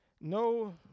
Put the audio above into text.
no